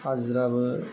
हाजिराबो